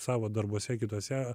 savo darbuose kituose